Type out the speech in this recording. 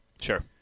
Sure